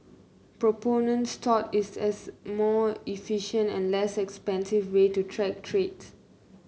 proponents tout it as a more efficient and less expensive way to track trades